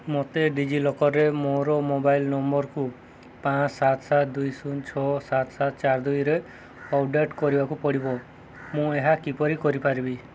ମୋତେ ଡି ଜି ଲକରରେ ମୋର ମୋବାଇଲ୍ ନମ୍ବରକୁ ପାଞ୍ଚ ସାତ ସାତ ଦୁଇ ଶୂନ ଛଅ ସାତ ସାତ ଚାରି ଦୁଇରେ ଅପଡ଼େଟ୍ କରିବାକୁ ପଡ଼ିବ ମୁଁ ଏହା କିପରି କରିପାରିବି